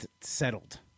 settled